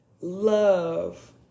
love